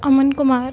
Aman Kumar